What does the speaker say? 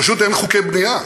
פשוט אין חוקי בנייה,